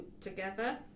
together